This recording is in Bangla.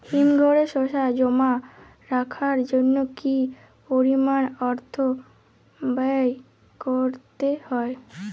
হিমঘরে শসা জমা রাখার জন্য কি পরিমাণ অর্থ ব্যয় করতে হয়?